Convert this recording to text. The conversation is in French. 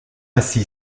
ainsi